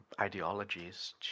ideologies